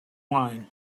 wine